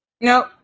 Nope